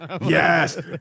Yes